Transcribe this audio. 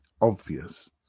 obvious